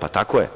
Pa, tako je,